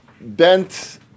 Bent